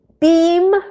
beam